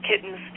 kittens